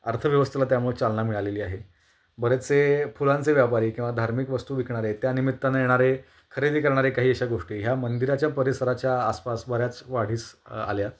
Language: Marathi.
अर्थव्यवस्थेला त्यामुळे चालना मिळालेली आहे बरेचसे फुलांचे व्यापारी किंवा धार्मिक वस्तू विकणारे आहेत त्यानिमित्तानं येणारे खरेदी करणारे काही अशा गोष्टी ह्या मंदिराच्या परिसराच्या आसपास बऱ्याच वाढीस आल्या आहेत